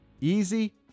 easy